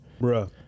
Bruh